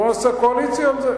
בוא נעשה קואליציה על זה.